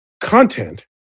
content